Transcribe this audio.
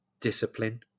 discipline